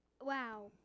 Wow